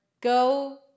go